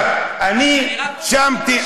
אני רק רוצה לשאול אותך.